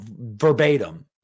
verbatim